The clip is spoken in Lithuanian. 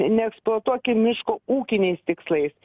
neeksploatuokim miško ūkiniais tikslais